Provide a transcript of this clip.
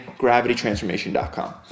gravitytransformation.com